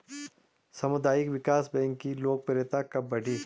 सामुदायिक विकास बैंक की लोकप्रियता कब बढ़ी?